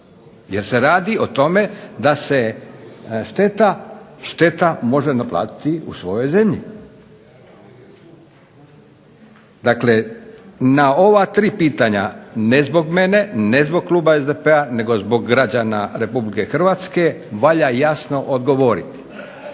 jer se radi o tome da se šteta može naplatiti u svojoj zemlji. Dakle, na ova tri pitanja, ne zbog mene, ne zbog Kluba SDP-a, nego zbog građana Republike Hrvatske valja odgovoriti.